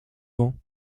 vent